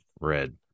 red